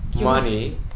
money